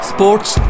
Sports